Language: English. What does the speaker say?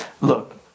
Look